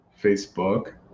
Facebook